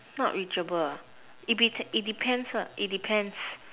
not reachable ah it dep~ it depends ah it depends